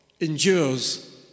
endures